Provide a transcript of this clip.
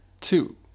two